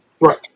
Right